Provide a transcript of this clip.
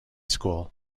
school